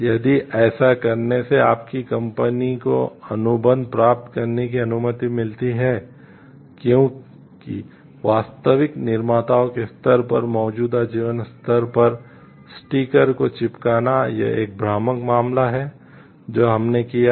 यदि ऐसा करने से आपकी कंपनी को चिपकाना यह एक भ्रामक मामला है जो हमने किया है